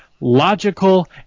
logical